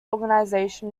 organization